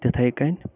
تِتھَے کٔنۍ